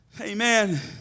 Amen